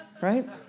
Right